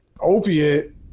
opiate